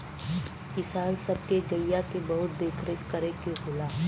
किसान सब के गइया के बहुत देख रेख करे के होला